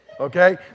Okay